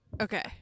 Okay